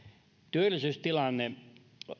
työllisyystilanne